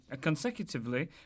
consecutively